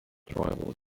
tribal